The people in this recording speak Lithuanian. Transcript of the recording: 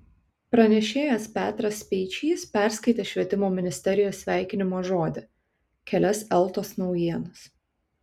pranešėjas petras speičys perskaitė švietimo ministerijos sveikinimo žodį kelias eltos naujienas